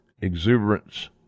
exuberance